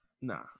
Nah